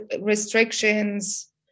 restrictions